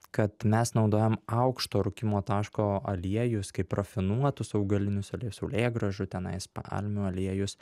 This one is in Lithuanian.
kad mes naudojam aukšto rūkymo taško aliejus kaip rafinuotus augalinius aliejus saulėgražų tenais palmių aliejus